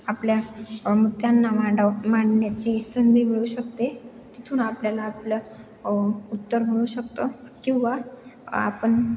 आपल्या मुद्द्याना मांडव मांडण्याची संधी मिळू शकते तिथून आपल्याला आपलं उत्तर मिळू शकतं किंवा आपण